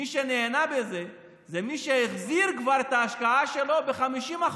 מי שנהנה מזה זה מי שהחזיר כבר את ההשקעה שלו ב-50%,